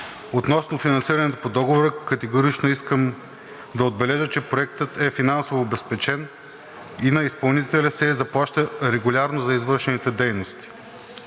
Относно финансирането по договора категорично искам да отбележа, че проектът е финансово обезпечен и на изпълнителя се заплаща регулярно за извършените дейности.